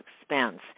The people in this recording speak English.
expense